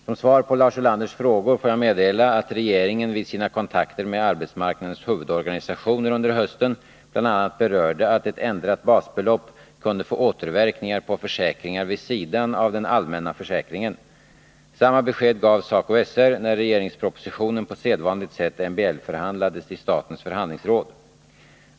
Som svar på Lars Ulanders frågor får jag meddela att regeringen vid sina kontakter med arbetsmarknadens huvudorganisationer under hösten bl.a. berörde att ett ändrat basbelopp kunde få återverkningar på försäkringar vid sidan av den allmänna försäkringen. Samma besked gavs SACO/SR, när regeringspropositionen på sedvanligt sätt MBL-förhandlades i statens förhandlingsråd.